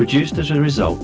produced as a result